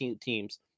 teams